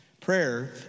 Prayer